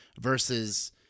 versus